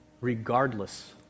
regardless